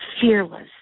fearless